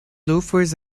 loafers